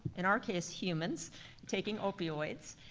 in our case humans taking opioids,